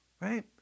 right